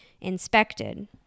inspected